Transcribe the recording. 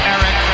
Eric